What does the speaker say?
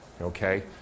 Okay